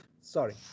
Sorry